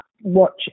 watch